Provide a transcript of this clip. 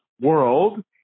world